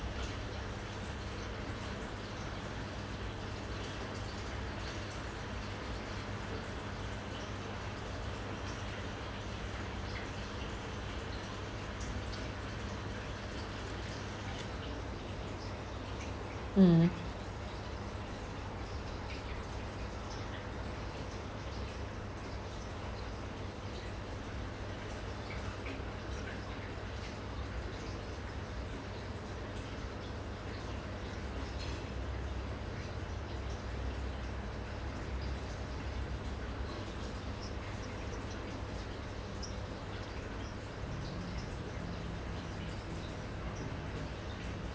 mm